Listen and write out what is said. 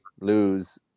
lose